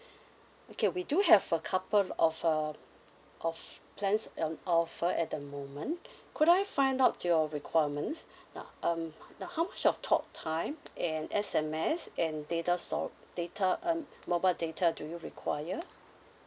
okay we do have a couple of um of plans um offer at the moment could I find out your requirements now um now how much of talk time and S_M_S and data sor~ data um mobile data do you require